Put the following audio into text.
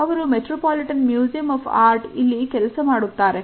ಅವರು Metropolitan Museum of Art ಇಲ್ಲಿ ಕೆಲಸ ಮಾಡುತ್ತಾರೆ